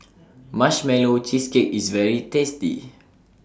Marshmallow Cheesecake IS very tasty